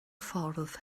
ffordd